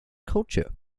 culture